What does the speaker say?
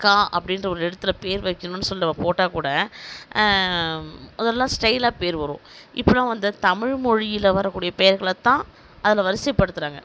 கா அப்படின்ற ஒரு எழுத்தில் பேர் வைக்கணும்னு சொல்லி நம்ப போட்டால்கூட அதெல்லாம் ஸ்டைலாக பேர் வரும் இப்போதெலாம் அந்த தமிழ் மொழியில் வரக்கூடிய பெயர்களைத்தான் அதில் வரிசைப்படுத்துறாங்க